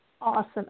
awesome